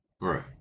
Right